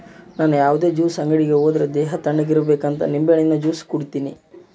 ನನ್ ಯಾವುದೇ ಜ್ಯೂಸ್ ಅಂಗಡಿ ಹೋದ್ರೆ ದೇಹ ತಣ್ಣುಗಿರಬೇಕಂತ ನಿಂಬೆಹಣ್ಣಿನ ಜ್ಯೂಸೆ ಕುಡೀತೀನಿ